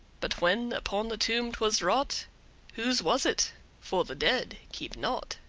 but when upon the tomb twas wrought whose was it for the dead keep naught.